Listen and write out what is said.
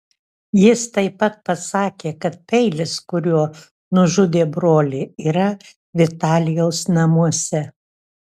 jis taip pat pasakė kad peilis kuriuo nužudė brolį yra vitalijaus namuose